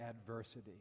adversity